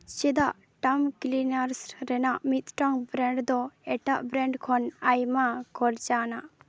ᱪᱮᱫᱟᱜ ᱴᱟᱝ ᱠᱞᱤᱱᱟᱨᱥ ᱨᱮᱱᱟᱜ ᱢᱤᱫᱴᱟᱝ ᱵᱨᱮᱱᱰ ᱫᱚ ᱮᱴᱟᱜ ᱵᱨᱮᱱᱰ ᱠᱷᱚᱱ ᱟᱭᱢᱟ ᱠᱷᱚᱨᱪᱟ ᱟᱱᱟᱜ